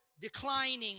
declining